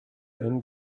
and